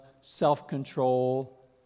self-control